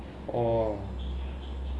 orh